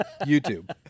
YouTube